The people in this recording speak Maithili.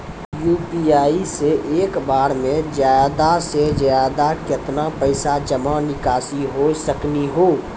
यु.पी.आई से एक बार मे ज्यादा से ज्यादा केतना पैसा जमा निकासी हो सकनी हो?